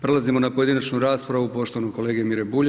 Prelazimo na pojedinačnu raspravu poštovanog kolege Mire BUlja.